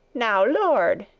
now lord,